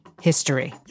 history